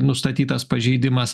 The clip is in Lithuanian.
nustatytas pažeidimas